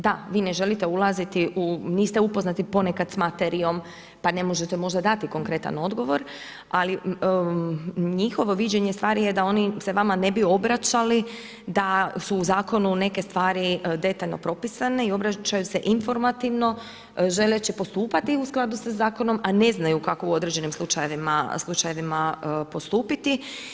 Da, vi ne želite ulaziti, niste upoznati ponekad s materijom pa ne možete možda dati konkretan odgovor ali njihovo viđenje stvari je da se oni vama ne bi obraćali da su u zakonu neke stvari detaljno propisane i obraćaju se informativno želeći postupati u skladu sa zakonom, a ne znaju kako u određenim slučajevima postupiti.